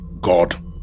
God